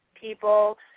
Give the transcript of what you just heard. people